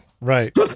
right